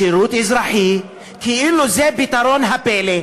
שירות אזרחי, כאילו זה פתרון הפלא.